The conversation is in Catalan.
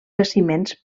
jaciments